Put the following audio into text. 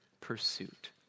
pursuit